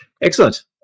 Excellent